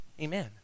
Amen